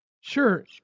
Sure